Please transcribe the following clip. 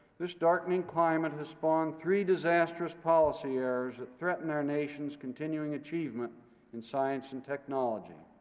this darkening climate has spawned three disastrous policy errors that threaten our nation's continuing achievement in science and technology.